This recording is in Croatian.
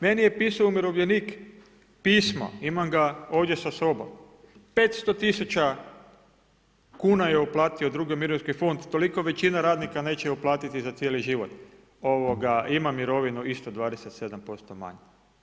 Meni je pisao umirovljenik pismo, imam ga ovdje sa sobom, 500 tisuća kuna je uplatio u drugi mirovinski fond, toliko većina radnika neće uplatiti za cijeli život, ima mirovinu isto 27% manje.